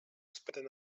spend